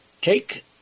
Take